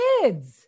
kids